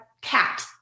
Cat